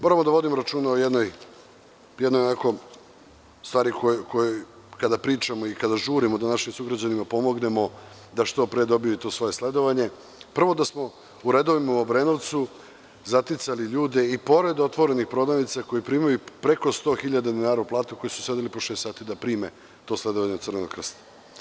Moramo da vodimo računa o jednoj stvari o kojoj kada pričamo i kada žurimo da našim sugrađanima pomognemo da što pre dobiju to svoje sledovanje, prvo da smo u redovima u Obrenovcu zaticali ljude i pored otvorenih prodavnica, koji primaju preko 100.000 dinara platu, koji su sedeli po šest sati da prime to sledovanje Crvenog krsta.